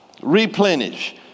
Replenish